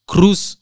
Cruz